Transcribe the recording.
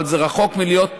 אבל הוא רחוק מלהיות תחמן.